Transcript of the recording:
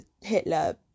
hitler